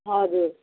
हजुर